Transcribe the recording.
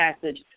passage